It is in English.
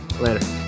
later